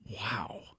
Wow